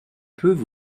peuvent